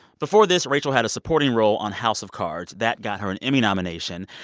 before this, rachel had a supporting role on house of cards. that got her an emmy nomination.